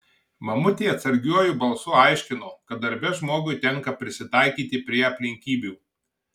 mamutė atsargiuoju balsu aiškino kad darbe žmogui tenka prisitaikyti prie aplinkybių